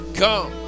come